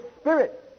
Spirit